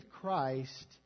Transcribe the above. Christ